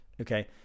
okay